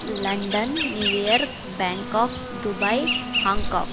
London New York Bangkok Dubai Hong Kong